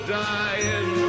dying